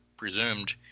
presumed